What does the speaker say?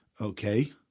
Okay